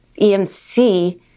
EMC